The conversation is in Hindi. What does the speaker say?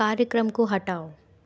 कार्यक्रम को हटाओ